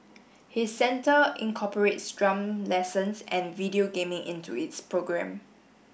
his centre incorporates drum lessons and video gaming into its programme